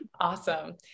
Awesome